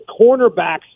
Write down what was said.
cornerbacks